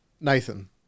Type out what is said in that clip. Nathan